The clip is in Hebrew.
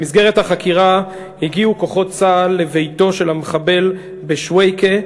במסגרת החקירה הגיעו כוחות צה"ל לביתו של המחבל בשוויקה,